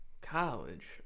College